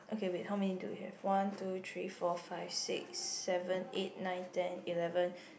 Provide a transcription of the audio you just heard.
okay wait how many do you have one two three four five six seven eight nine ten eleven